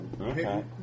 Okay